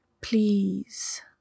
Please